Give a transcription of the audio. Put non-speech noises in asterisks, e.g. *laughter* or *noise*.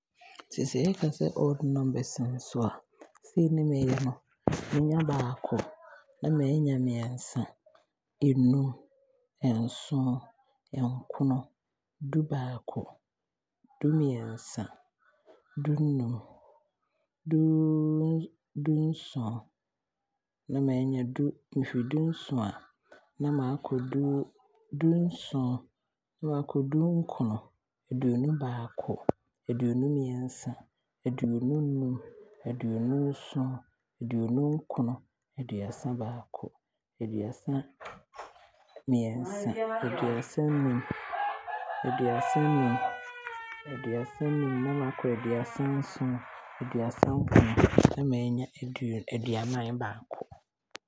Sɛ yɛka sɛ odd numbers nso a, sei ne mɛnya no, mɛnya baako, na maanya mmiɛnsa, ɛnum, ɛnsom, nkron, du-baako, du-mmiɛnsa, du-nnum, du-nson, na maanya ,me firi du-nson a, na maakɔ du-nkron, aduonu-baako, aduonu-mmiɛsa, aduonu-num, aduonu-nson, aduonu-nkron, aduasa-baako, Aduasa-mmiɛnsa, aduasa-num, aduasa nson, aduasa-nkron na maanya aduanan baako. *noise*